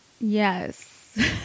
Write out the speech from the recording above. Yes